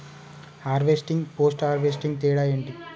Harvesting, post harvesting తేడా ఏంటి?